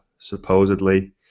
Supposedly